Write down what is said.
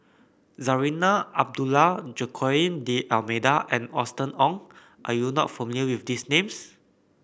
Zarinah Abdullah Joaquim D'Almeida and Austen Ong are you not familiar with these names